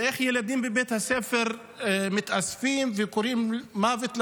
ואיך ילדים בבית הספר מתאספים וקוראים "מוות לערבים"